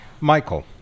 Michael